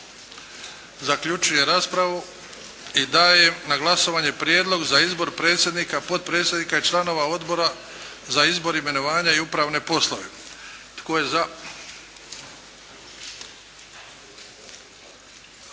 Zaključujem raspravu i dajem na glasovanje Prijedlog za izbor predsjednika, potpredsjednika i članova Odbora za izbor, imenovanja i upravne poslove.